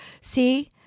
see